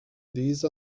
these